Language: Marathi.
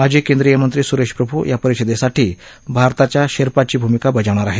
माजी केंद्रीय मंत्री सुरेश प्रभू या परिषदेसाठी भारताच्या शेर्पाची भूमिका बजावणार आहेत